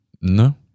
No